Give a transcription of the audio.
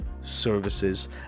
services